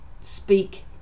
speak